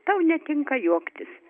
tau netinka juoktis